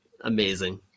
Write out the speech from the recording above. amazing